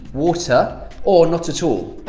water or not at all